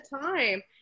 time